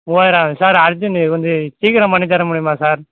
மூவாயிரம் ஆகும் sir urgent வந்து சீக்கிரம் பண்ணித் தர முடியுமா சார்